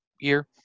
year